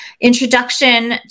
introduction